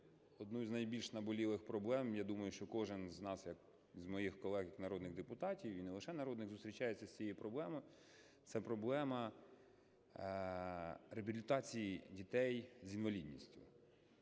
одну із найбільш наболілих проблем. Я думаю, що кожен з нас, з моїх колег народних депутатів, і не лише народних, зустрічається з цією проблемою. Це проблема реабілітації дітей з інвалідністю,